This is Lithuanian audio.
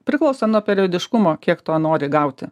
priklauso nuo periodiškumo kiek to nori gauti